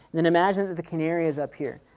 then imagine that the canary is up here,